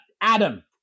Adam